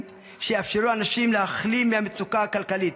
שיאפשרו לאנשים להחלים מהמצוקה הכלכלית,